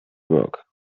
work